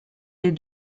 est